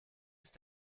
ist